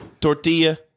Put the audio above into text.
Tortilla